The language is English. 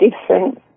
different